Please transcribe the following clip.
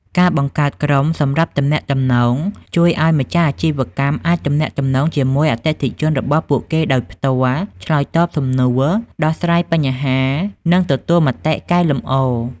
ការបង្កើតក្រុមសម្រាប់ទំនាក់ទំនង ជួយឱ្យម្ចាស់អាជីវកម្មអាចទំនាក់ទំនងជាមួយអតិថិជនរបស់ពួកគេដោយផ្ទាល់ ឆ្លើយតបសំណួរ ដោះស្រាយបញ្ហា និងទទួលមតិកែលម្អ។